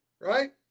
right